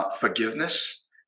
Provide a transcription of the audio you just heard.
Forgiveness